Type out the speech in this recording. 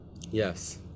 Yes